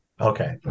Okay